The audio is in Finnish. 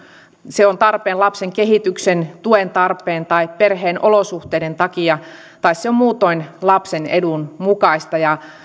se on tarpeen lapsen kehityksen tuen tarpeen tai perheen olosuhteiden takia tai se on muutoin lapsen edun mukaista